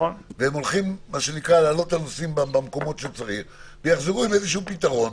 הם הולכים להעלות את הנושאים במקומות שצריך ויחזרו עם איזשהו פתרון,